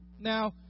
Now